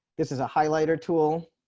this is a highlighter tool.